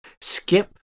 skip